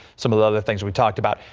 some of the other things we talked about.